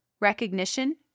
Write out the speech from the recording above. recognition